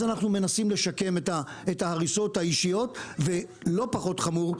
אנחנו מנסים לשקם את ההריסות האישיות ולא פחות חמור,